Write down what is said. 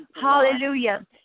Hallelujah